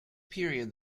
period